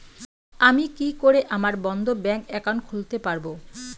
আমি কি করে আমার বন্ধ ব্যাংক একাউন্ট খুলতে পারবো?